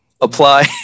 apply